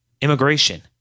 immigration